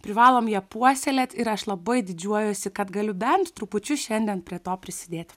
privalom ją puoselėt ir aš labai didžiuojuosi kad galiu bent trupučiu šiandien prie to prisidėti